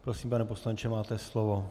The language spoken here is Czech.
Prosím, pane poslanče, máte slovo.